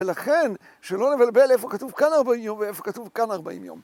ולכן שלא נבלבל איפה כתוב כאן 40 יום ואיפה כתוב כאן 40 יום.